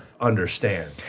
understand